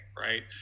right